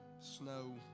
snow